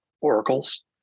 oracles